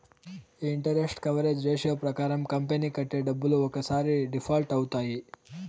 ఈ interest coverage ratio ప్రకారం company కట్టే డబ్బులు ఒక్కసారి డిఫాల్ట్ అవుతాయి